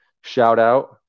Shout-out